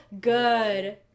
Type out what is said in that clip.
good